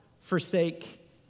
forsake